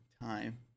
time